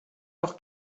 noch